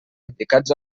indicats